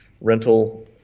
rental